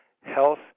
health